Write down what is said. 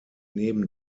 neben